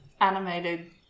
animated